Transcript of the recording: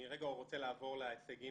אני רוצה לעבור להישגים